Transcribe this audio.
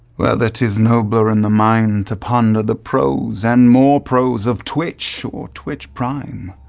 whether tis nobler in the mind to ponder the pros and more pros of twitch or twitch prime,